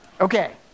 Okay